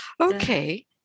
Okay